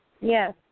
Yes